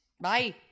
Bye